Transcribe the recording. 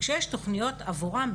שיש תוכניות עבורם,